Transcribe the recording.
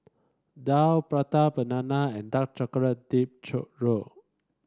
daal Prata Banana and Dark Chocolate Dip Churro